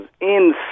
insane